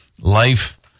life